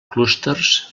clústers